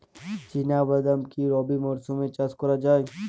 চিনা বাদাম কি রবি মরশুমে চাষ করা যায়?